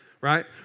Right